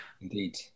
indeed